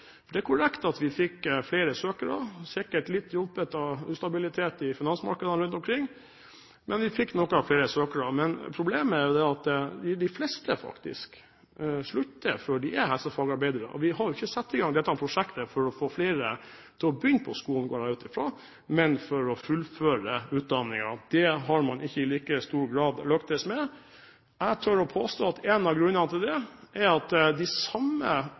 det en suksess. Jeg vil i beste fall kalle det en betinget suksess. Det er korrekt at vi fikk noen flere søkere, sikkert litt hjulpet av ustabilitet i finansmarkedene rundt omkring. Men problemet er at de fleste faktisk slutter før de er helsefagarbeidere. Vi har ikke satt i gang dette prosjektet for å få flere til å begynne på skolen, går jeg ut fra, men for å fullføre utdanningen. Det har man ikke i like stor grad lyktes med. Jeg tør påstå at en av grunnene til det er at